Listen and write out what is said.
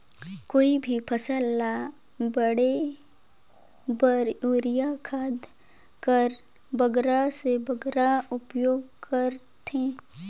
कोई भी फसल ल बाढ़े बर युरिया खाद कर बगरा से बगरा उपयोग कर थें?